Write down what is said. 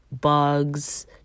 bugs